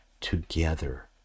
together